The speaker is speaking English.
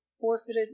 forfeited